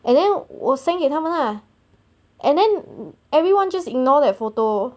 and then 我 send 给他们 lah and then everyone just ignore that photo